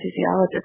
anesthesiologist